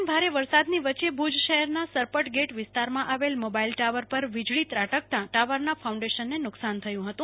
દરમિયાન ભારે વરસાદની વચ્ચે ભુજ શહેરના સરપટ ગેટ વિસ્તારમાં આવેલ મોબાઈલ ટાવર પર વીજળી ત્રાટકતા ટાવરના ફાઉન્ડેશનને નુકશાન થયું હતું